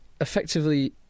effectively